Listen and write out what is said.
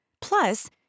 Plus